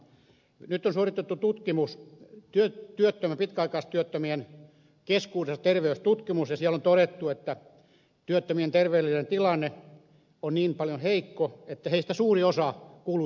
nyt on suoritettu terveystutkimus pitkäaikaistyöttömien keskuudessa ja siellä on todettu että työttömien terveydellinen tilanne on niin heikko että heistä suuri osa kuuluisi eläkkeelle